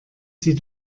sie